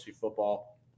football